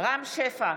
רם שפע,